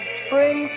spring